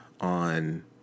on